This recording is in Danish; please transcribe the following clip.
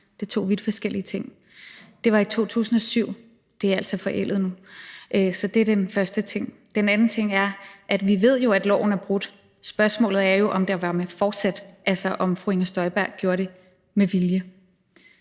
Det er to vidt forskellige ting. Det var i 2007, og det er altså forældet nu. Så det er den første ting. Den anden ting er jo, at vi ved, at loven er brudt. Spørgsmålet er jo, om det var med forsæt, altså om fru Inger Støjberg gjorde det med vilje.